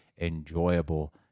enjoyable